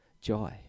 joy